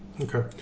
Okay